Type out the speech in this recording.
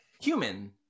human